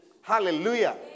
Hallelujah